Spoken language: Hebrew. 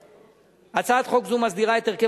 לפניכם: הצעת חוק זו מסדירה את הרכב